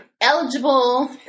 eligible